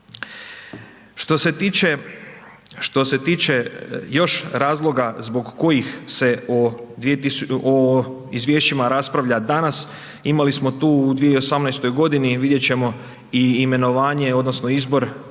što se tiče još razloga zbog kojih se o Izvješćima raspravlja danas, imali smo tu u 2018.-oj godini, vidjet ćemo i imenovanje odnosno izbor